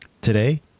today